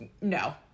no